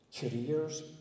careers